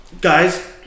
guys